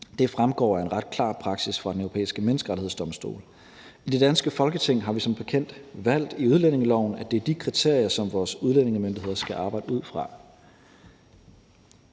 Det fremgår af en ret klar praksis fra Den Europæiske Menneskerettighedsdomstol. I det danske Folketing har vi som bekendt valgt i udlændingeloven, at det er de kriterier, som vores udlændingemyndigheder skal arbejde ud fra.